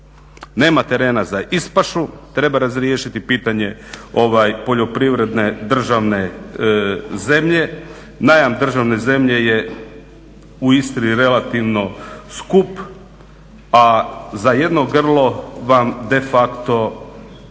Nema terena za ispašu, treba razriješiti pitanje poljoprivredne državne zemlje, najam države zemlje je u Istri relativno skup, a za jedno grlo vam de facto treba